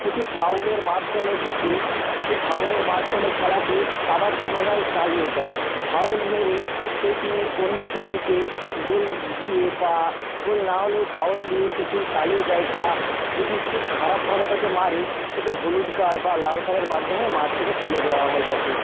সেটি ফাউলের মাধ্যমে সেটি সেটি ফাউলের মাধ্যমে খেলাটি আবার পুনরায় চালিয়ে যায় ফাউল মেরে সেটি অন্য টিমকে গোল দিয়ে বা গোল না হলেও ফাউল দিয়ে সেটি চালিয়ে যায় বা যদি খুব খারাপভাবে তাকে মারে সেটি হলুদ কার্ড বা লাল কার্ডের মাধ্যমে মাঠ থেকে তুলে দেওয়া হয় তাকে